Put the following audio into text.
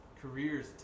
Careers